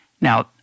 Now